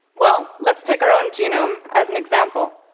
well, let's take our own genome as an example.